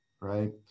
right